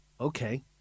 okay